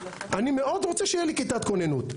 אני מאוד רוצה שיהיה לי כיתת כוננות.